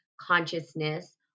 consciousness